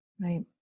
right